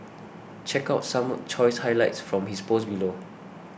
check out some choice highlights from his post below